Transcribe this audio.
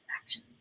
action